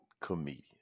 comedian